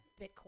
Bitcoin